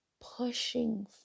pushing